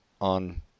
on